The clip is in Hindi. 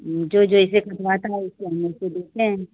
जो जैसे कटवाता है वैसे हम देते हैं